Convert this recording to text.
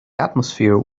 atmosphere